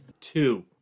two